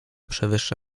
przewyższa